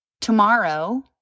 tomorrow